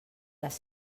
les